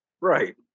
Right